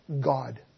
God